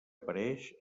apareix